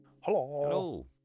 Hello